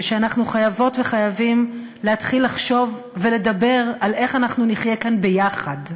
ושאנחנו חייבות וחייבים להתחיל לחשוב ולדבר על איך אנחנו נחיה כאן ביחד.